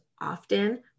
often